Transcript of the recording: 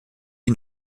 die